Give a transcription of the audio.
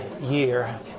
year